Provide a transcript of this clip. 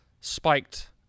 spiked